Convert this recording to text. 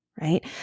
right